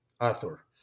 Arthur